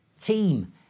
team